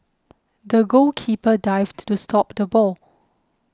the goalkeeper dived to stop the ball